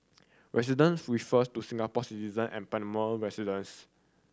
residents refers to Singapore citizen and permanent residents